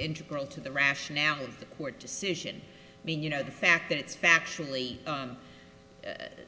integral to the rationale of the court decision being you know the fact that it's factually